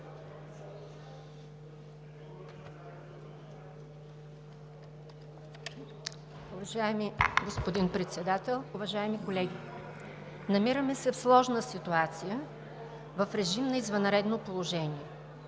Уважаеми господин Председател, уважаеми колеги! Намираме се в сложна ситуация, в режим на извънредно положение.